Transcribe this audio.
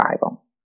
Bible